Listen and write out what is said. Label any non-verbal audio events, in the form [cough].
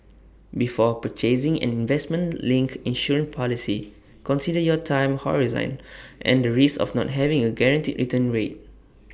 before purchasing an investment linked insurance policy consider your time horizon [noise] and the risks of not having A guaranteed return rate